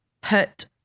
put